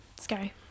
scary